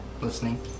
listening